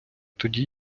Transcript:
тоді